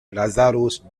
lazarus